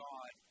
God